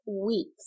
weeks